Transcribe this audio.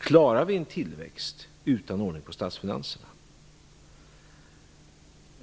Klarar vi en tillväxt utan ordning på statsfinanserna?